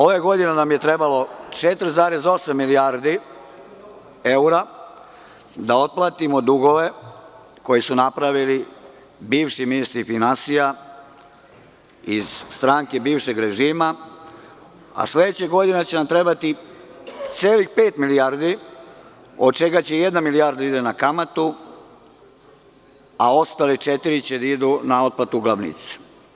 Ove godine nam je trebalo 4,8 milijardi evra da otplatimo dugove koje su napravili bivši ministri finansija iz stranke bivšeg režima, a sledeće godine će nam trebati celih pet milijardi, od čega će jedna milijarda ići na kamatu, a ostale četiri će da idu na otplatu glavnice.